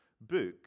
book